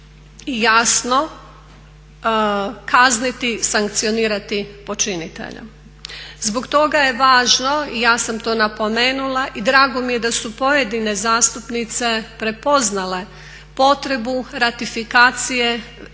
i jasno kazniti, sankcionirati počinitelja. Zbog toga je važno i ja sam to napomenula i drago mi je da su pojedine zastupnice prepoznale potrebu ratifikacije